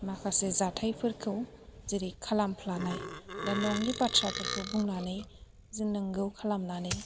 माखासे जाथायफोरखौ जेरै खालामफ्लानाय दा नङै बाथ्राफोरखौ बुंनानै जे नोंगौ खालामनानै